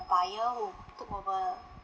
buyer who took over